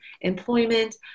employment